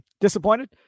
disappointed